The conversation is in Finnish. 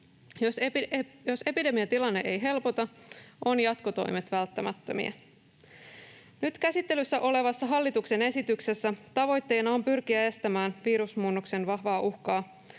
Jos epidemiatilanne ei helpota, ovat jatkotoimet välttämättömiä. Nyt käsittelyssä olevassa hallituksen esityksessä tavoitteena on pyrkiä estämään sitä virusmuunnoksen vahvaa uhkaa,